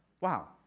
Wow